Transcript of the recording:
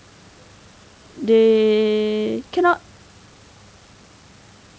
they cannot